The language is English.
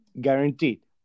Guaranteed